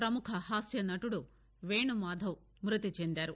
ప్రపముఖ హాస్యనటుడు వేణుమాధవ్ మ్బతి చెందారు